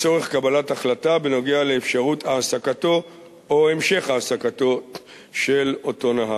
לצורך קבלת החלטה בנוגע לאפשרות העסקתו או המשך העסקתו של אותו נהג.